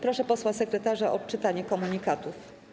Proszę posła sekretarza o odczytanie komunikatów.